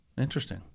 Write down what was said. Interesting